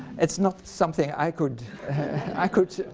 it's not something i could i could